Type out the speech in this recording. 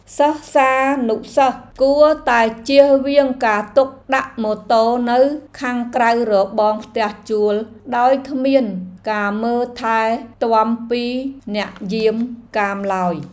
សិស្សានុសិស្សគួរតែចៀសវាងការទុកដាក់ម៉ូតូនៅខាងក្រៅរបងផ្ទះជួលដោយគ្មានការមើលថែទាំពីអ្នកយាមកាមឡើយ។